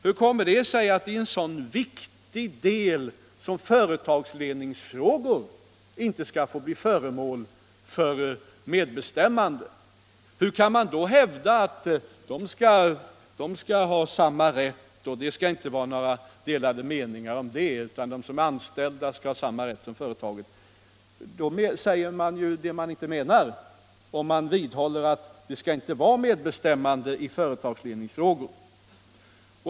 Hur kommer det sig att en så viktig del som företagsledningsfrågor inte skall få bli föremål för medbestämmande? Hur kan man då hävda att de anställda skall ha samma rätt som företaget och att det inte skall råda några delade meningar om detta? Då säger man ju det som man inte menar, om man vidhåller att det inte skall vara medbestämmande i företagsledningsfrågor.